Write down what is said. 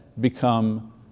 become